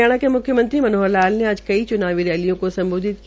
हरियाणा के मुख्यमंत्री मनोहर लाल ने आज कई चुनावी रैलियों को सम्बोधित किया